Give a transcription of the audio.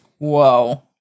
Whoa